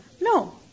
No